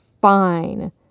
fine